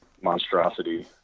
monstrosity